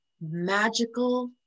magical